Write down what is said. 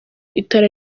itara